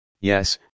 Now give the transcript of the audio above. yes